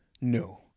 No